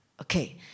Okay